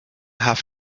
have